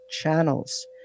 channels